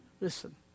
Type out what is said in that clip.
listen